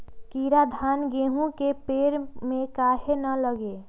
कीरा धान, गेहूं के पेड़ में काहे न लगे?